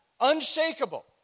Unshakable